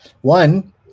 one